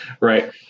Right